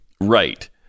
Right